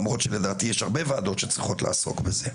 למרות שלדעתי יש הרבה ועדות שצריכות לעסוק בזה.